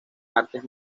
artes